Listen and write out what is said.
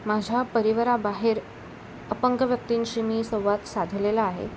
माझ्या परिवाराबाहेर अपंग व्यक्तींशी मी संवाद साधलेला आहे